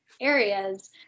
areas